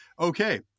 okay